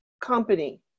company